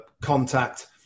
contact